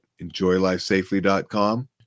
Enjoylifesafely.com